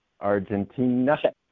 Argentina